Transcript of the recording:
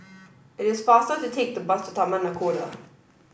it is faster to take the bus to Taman Nakhoda